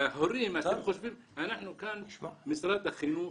משרד החינוך